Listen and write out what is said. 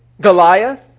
Goliath